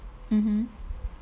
mmhmm